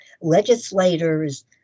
legislators